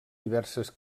diverses